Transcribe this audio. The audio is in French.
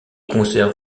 conserve